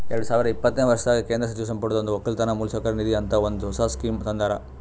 ಎರಡು ಸಾವಿರ ಇಪ್ಪತ್ತನೆ ವರ್ಷದಾಗ್ ಕೇಂದ್ರ ಸಚಿವ ಸಂಪುಟದೊರು ಒಕ್ಕಲತನ ಮೌಲಸೌಕರ್ಯ ನಿಧಿ ಅಂತ ಒಂದ್ ಹೊಸ ಸ್ಕೀಮ್ ತಂದಾರ್